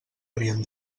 havien